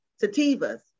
Sativa's